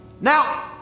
Now